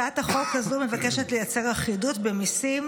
הצעת החוק הזו מבקשת לייצר אחידות במיסים